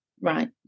right